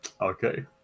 Okay